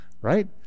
right